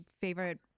favorite